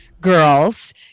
girls